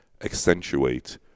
accentuate